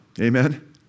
Amen